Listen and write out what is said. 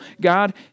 God